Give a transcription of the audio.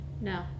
No